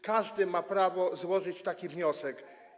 Każdy ma prawo złożyć taki wniosek.